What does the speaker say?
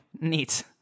neat